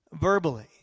Verbally